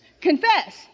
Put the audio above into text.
Confess